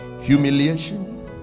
Humiliation